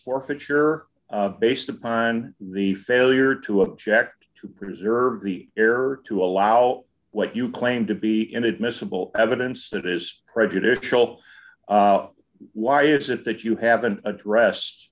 forfeiture based upon the failure to object to preserve the error to allow what you claim to be inadmissible evidence that is prejudicial why is it that you haven't addressed